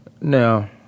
Now